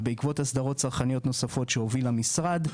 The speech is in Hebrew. ובעקבות הסדרות צרכניות נוספות שהוביל המשרד,